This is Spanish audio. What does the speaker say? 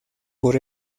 por